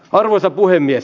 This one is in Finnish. arvoisa puhemies